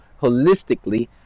holistically